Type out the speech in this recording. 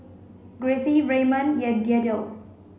Gracie Raymon Yadiel